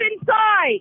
inside